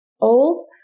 old